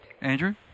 Andrew